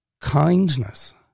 kindness